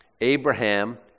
Abraham